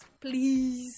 please